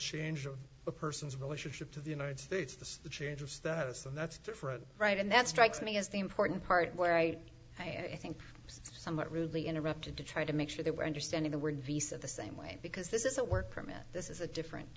change of a person's relationship to the united states the change of status and that's different right and that strikes me as the important part where i i i think somewhat rudely interrupted to try to make sure they were understanding the word vsa the same way because this is a work permit this is a different